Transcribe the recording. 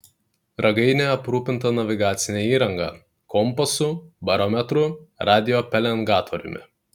ragainė aprūpinta navigacine įranga kompasu barometru radiopelengatoriumi